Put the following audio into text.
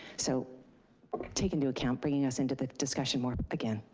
so take into account bringing us into the discussion more again,